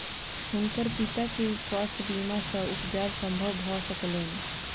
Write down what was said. हुनकर पिता के स्वास्थ्य बीमा सॅ उपचार संभव भ सकलैन